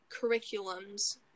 curriculums –